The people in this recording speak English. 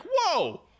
whoa